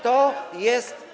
To jest.